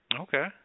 Okay